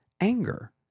anger